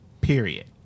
period